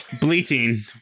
Bleating